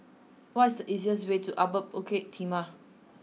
what is the easiest way to Upper Bukit Timah